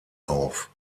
auf